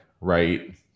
Right